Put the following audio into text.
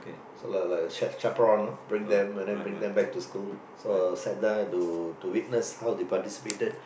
so like like a chap~ chaperone you know bring them and then bring them back to school so I sat there to to witness how they participated